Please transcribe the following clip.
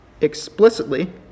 explicitly